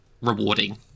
rewarding